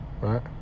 Right